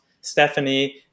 Stephanie